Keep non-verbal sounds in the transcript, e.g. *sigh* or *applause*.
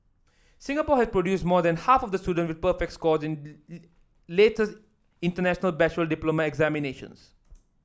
Singapore has produced more than half of the student with perfect scores in *hesitation* latest International Baccalaureate diploma examinations